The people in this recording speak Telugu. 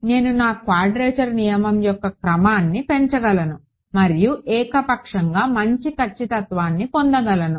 నేను నా క్వాడ్రేచర్ నియమం యొక్క క్రమాన్ని పెంచగలను మరియు ఏకపక్షంగా మంచి ఖచ్చితత్వాన్ని పొందగలను